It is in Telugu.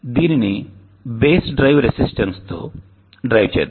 దీనిని బేస్ డ్రైవ్ రెసిస్టెన్స్తో డ్రైవ్ చేద్దాం